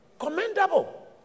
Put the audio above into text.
commendable